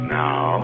now